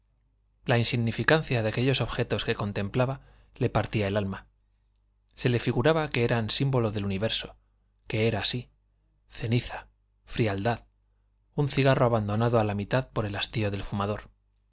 la insignificancia de aquellos objetos que contemplaba le partía el alma se le figuraba que eran símbolo del universo que era así ceniza frialdad un cigarro abandonado a la mitad por el hastío del fumador